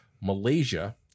malaysia